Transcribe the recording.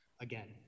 Again